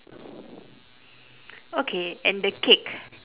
okay and the cake